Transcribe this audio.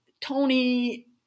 Tony